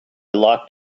locked